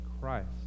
Christ